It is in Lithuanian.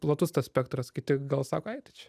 platus tas spektras kiti gal sako ai tai čia